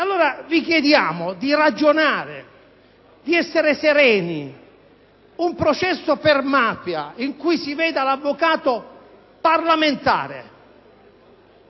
Allora vi chiediamo di ragionare, di essere sereni. Un processo per mafia in cui si veda l'avvocato parlamentare